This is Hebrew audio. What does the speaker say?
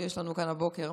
שיש לנו כאן הבוקר,